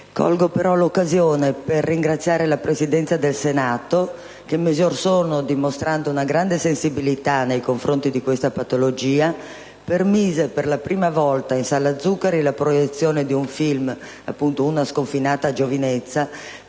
Colgo l'occasione per ringraziare la Presidenza del Senato, che mesi or sono ha dimostrato una grande sensibilità nei confronti di questa patologia, permettendo, per la prima volta, in sala Zuccari, la proiezione di un film, dal titolo «Una sconfinata giovinezza»,